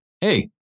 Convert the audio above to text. Hey